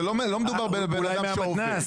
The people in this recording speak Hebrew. זה לא מדובר בבן אדם --- אולי מהמתנ"ס,